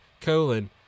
colon